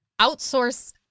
outsource